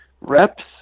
reps